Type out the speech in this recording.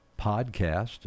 podcast